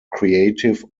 creative